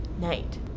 night